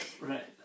Right